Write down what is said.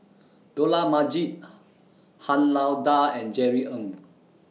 Dollah Majid Han Lao DA and Jerry Ng